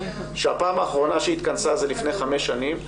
שהפעם האחרונה שהיא התכנסה זה לפני חמש שנים.